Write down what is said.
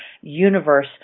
universe